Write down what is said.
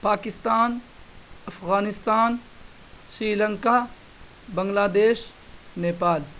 Pakistan Afghanistan Sri Lanka Bangladesh Nepal